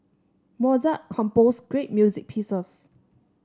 Mozart composed great music pieces